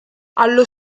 allo